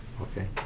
Okay